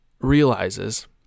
realizes